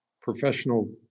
professional